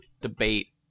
debate